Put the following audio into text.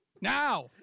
Now